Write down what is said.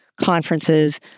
conferences